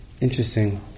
Interesting